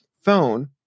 phone